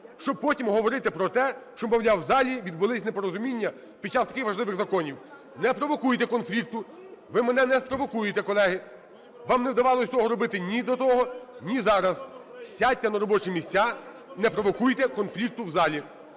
щоб потім говорити про те, що, мовляв, у залі відбулись непорозуміння під час таких важливих законів. Не провокуйте конфлікту. Ви мене не спровокуєте, колеги. Вам не вдавалося цього робити ні до того, ні зараз. Сядьте на робочі місця. Не провокуйте конфлікту в залі.